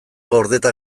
gordeta